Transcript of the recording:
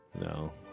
No